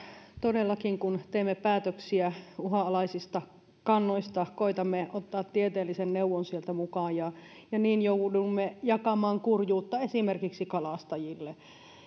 todellakin kun teemme päätöksiä uhanalaisista kannoista koetamme ottaa tieteellisen neuvon sieltä mukaan ja ja niin joudumme jakamaan kurjuutta esimerkiksi kalastajille